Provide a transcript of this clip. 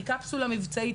היא קפסולה מבצעית,